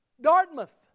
Dartmouth